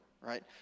right